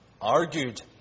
argued